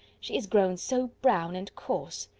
she is grown so brown and coarse!